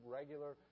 regular